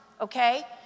okay